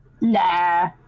Nah